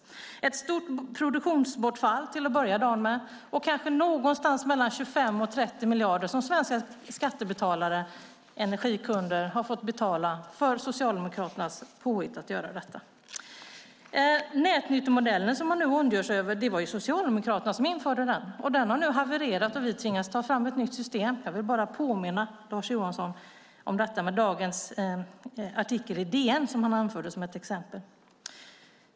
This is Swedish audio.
Det är ett stort produktionsbortfall till att börja med och kanske någonstans mellan 25 och 30 miljarder som svenska skattebetalare och energikunder har fått betala för Socialdemokraternas påhitt att göra detta. Nätnyttomodellen, som man nu ondgör sig över, var det ju Socialdemokraterna som införde. Den har nu havererat, och vi tvingas ta fram ett nytt system. Jag vill bara påminna Lars Johansson om detta på grund av att han anförde dagens artikel i DN som ett exempel.